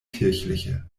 kirchliche